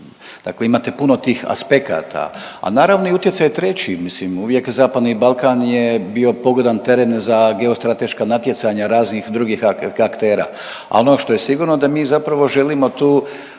dakle imate puno tih aspekata, a naravno i utjecaj treći mislim uvijek zapadni Balkan je bio pogodan teren za geostrateška natjecanja raznih drugih aktera, a ono što je sigurno da mi zapravo želimo tu